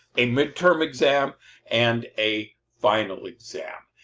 a midterm exam and a final exam.